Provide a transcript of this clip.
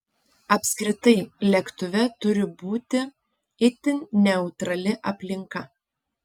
apskritai lėktuve turi būti itin neutrali aplinka